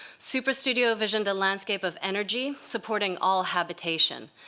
superstudio envisioned a landscape of energy supporting all habitation.